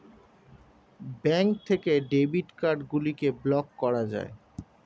bank থেকে debit card গুলিকে block করা যায়